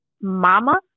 mama